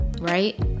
Right